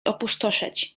opustoszeć